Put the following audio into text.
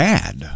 Bad